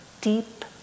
deep